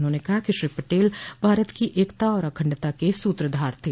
उन्होंने कहा कि श्री पटेल भारत की एकता और अखंडता के सूत्रधार थे